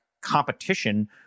competition